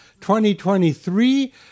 2023